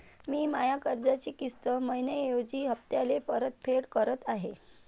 मी माया कर्जाची किस्त मइन्याऐवजी हप्त्याले परतफेड करत आहे